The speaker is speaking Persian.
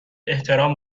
احترام